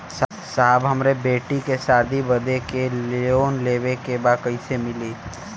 साहब हमरे बेटी के शादी बदे के लोन लेवे के बा कइसे मिलि?